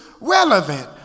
relevant